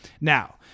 Now